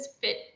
fit